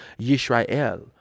Yisrael